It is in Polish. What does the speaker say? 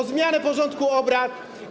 o zmianę porządku obrad.